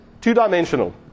two-dimensional